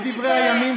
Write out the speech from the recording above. תתבייש,